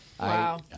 Wow